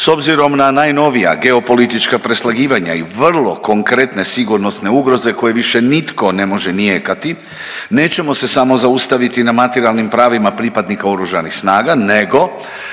S obzirom na najnovija geopolitička preslagivanja i vrlo konkretne sigurnosne ugroze koje više nitko ne može nijekati nećemo se samo zaustaviti na materijalnim pravima pripadnika Oružanih snaga nego